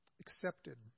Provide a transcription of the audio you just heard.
accepted